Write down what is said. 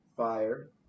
Fire